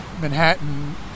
Manhattan